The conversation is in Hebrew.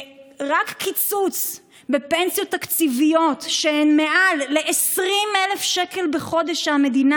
רק קיצוץ בפנסיות תקציביות שהן מעל ל-20,000 שקל בחודש שהמדינה